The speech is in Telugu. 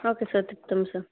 ఓకే సార్ చెప్తాము సార్